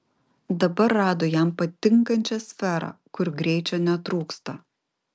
dabar rado jam patinkančią sferą kur greičio netrūksta